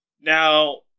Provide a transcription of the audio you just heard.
Now